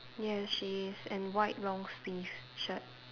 yes she is and white long sleeve shirt